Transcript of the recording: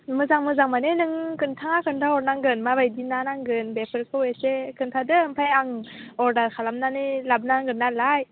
मोजां मोजां माने नों खिन्था खिन्थाहरनांगोन माबायदि ना नांगोन बेफोरखौ एसे खिन्थादो ओमफ्राय आं अर्डार खालामनानै लाबोनांगोन नालाय